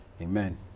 Amen